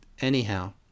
Anyhow